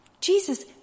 Jesus